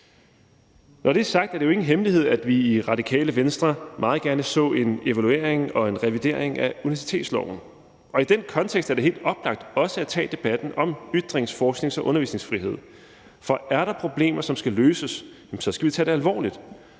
Når det er sagt, er det jo ikke en hemmelighed, at vi i Radikale Venstre meget gerne så en evaluering og en revidering af universitetsloven. I den kontekst er det helt oplagt også at tage debatten om ytrings-, forsknings- og undervisningsfrihed. For er der problemer, som skal løses, så skal vi tage det alvorligt,